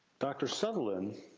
dr. sutherland